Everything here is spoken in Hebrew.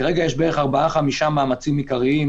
כרגע יש ארבעה-חמישה מאמצים עיקריים